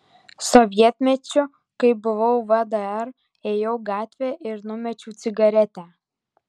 sovietmečiu kai buvau vdr ėjau gatve ir numečiau cigaretę